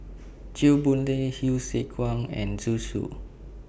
Chew Boon Lay Hsu Tse Kwang and Zhu Xu